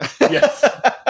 Yes